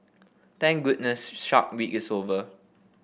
thank goodness Shark Week is over